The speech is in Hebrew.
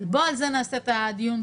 בוא נעשה על זה את הדיון,